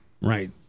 right